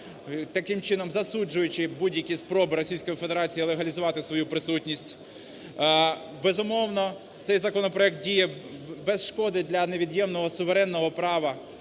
таким чином засуджуючи будь-які спроби Російської Федерації легалізувати свою присутність. Безумовно, цей законопроект діє без шкоди для невід'ємного суверенного права